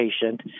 patient